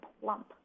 Plump